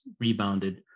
rebounded